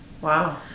wow